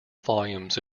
volumes